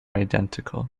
identical